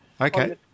Okay